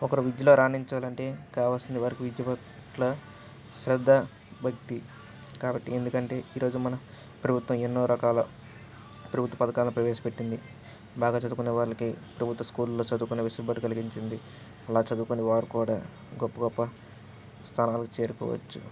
ఒకరు విద్యలో రాణించాలంటే కావాల్సింది వారికి విద్య పట్ల శ్రద్ధ భక్తి కాబట్టి ఎందుకంటే ఈరోజు మన ప్రభుత్వం ఎన్నో రకాల ప్రభుత్వ పథకాలను ప్రవేశపట్టింది బాగా చదువుకునే వారిలికి ప్రభుత్వ స్కూల్లో చదువుకునే వెసులుబాటు కలిగించింది అలా చదువుకుని వారు కూడా గొప్ప గొప్ప స్థానాలు చేరుకోవచ్చు